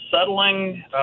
settling